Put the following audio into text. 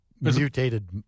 mutated